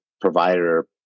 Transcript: provider